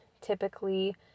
typically